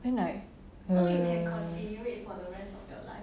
then like err